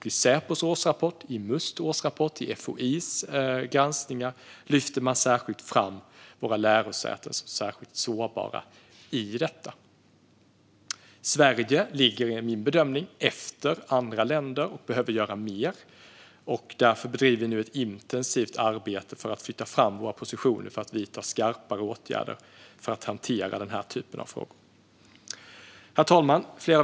I Säpos årsrapport, i Musts årsrapport och i FOI:s granskningar lyfter man särskilt fram våra lärosäten som sårbara i detta. Min bedömning är att Sverige ligger efter andra länder och behöver göra mer. Därför bedriver vi nu ett intensivt arbete för att flytta fram våra positioner och vidta skarpare åtgärder för att hantera den här typen av frågor. Herr talman!